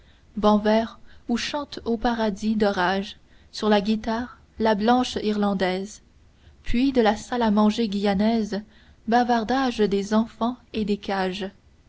banc vert où chante au paradis d'orage sur la guitare la blanche irlandaise puis de la salle à manger guyanaise bavardage des enfants et des cages